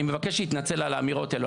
אני מבקש שיתנצל על האמירות האלה.